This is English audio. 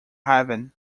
haven